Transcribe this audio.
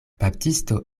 baptisto